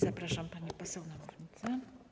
Zapraszam panią poseł na mównicę.